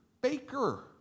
baker